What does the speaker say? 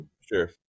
Sure